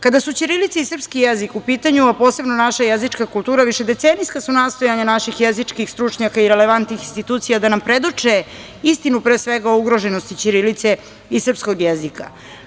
Kada su ćirilica i srpski jezik u pitanju, a posebno naša jezička kultura, višedecenijska su nastojanja naših jezičkih stručnjaka i relevantnih institucija da nam predoči istinu pre svega o ugroženosti ćirilice i srpskog jezika.